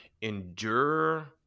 endure